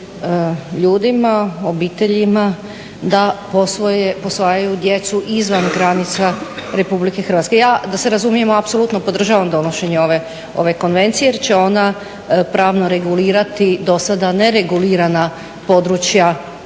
ljudima, obiteljima da posvajaju djecu i izvan granica RH. Ja, da se razumijemo, apsolutno podržavam donošenje ove konvencije jer će ona pravno regulirati dosada neregulirana područja